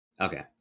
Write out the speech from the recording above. Okay